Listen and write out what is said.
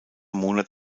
monat